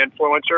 influencer